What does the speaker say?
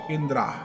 Indra